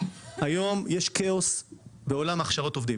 יש כאוס בעולם הכשרות העובדים.